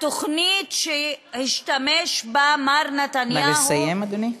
התוכנית שהשתמש בה מר נתניהו, נא לסיים, גברתי.